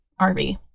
RV